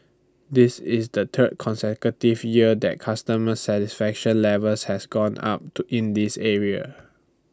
this is the third consecutive year that customer satisfaction levels has gone up to in this area